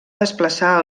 desplaçar